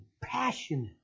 passionate